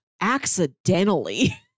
accidentally